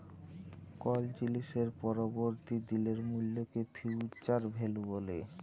call জিলিসের পরবর্তী দিলের মূল্যকে ফিউচার ভ্যালু ব্যলে